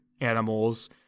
animals